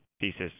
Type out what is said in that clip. thesis